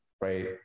right